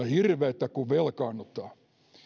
hirveätä kun velkaannutaan